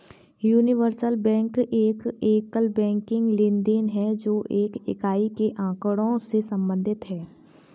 universal bank एक एकल banking लेनदेन है, जो एक इकाई के आँकड़ों से संबंधित है